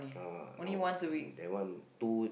ah now that one two